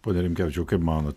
pone rinkevičiau kaip mano